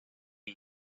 era